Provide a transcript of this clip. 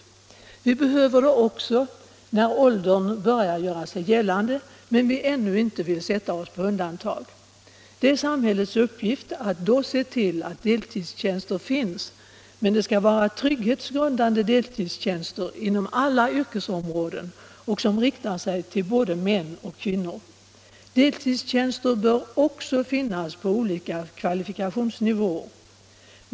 Vi - Nr 24 behöver det också när åldern börjar göra sig gällande men vi ännu inte vill sätta oss på undantag. Det är samhällets uppgift att då se till att deltidstjänster finns, men det skall vara trygghetsgrundande deltidstjän= I ster inom alla yrkesområden, som riktar sig till både män och kvinnor. — Jämställdhetsfrågor Deltidstjänster bör också finnas på olika kvalifikationsnivå.